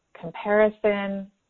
comparison